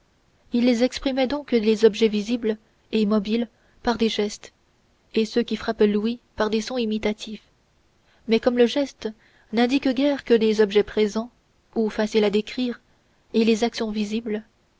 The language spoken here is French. ils exprimaient donc les objets visibles et mobiles par des gestes et ceux qui frappent l'ouïe par des sons imitatifs mais comme le geste n'indique guère que les objets présents ou faciles à décrire et les actions visibles